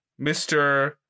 Mr